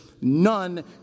none